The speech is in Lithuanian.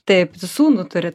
taip sūnų turit